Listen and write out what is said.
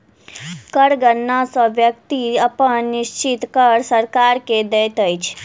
कर गणना सॅ व्यक्ति अपन निश्चित कर सरकार के दैत अछि